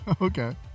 Okay